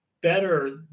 better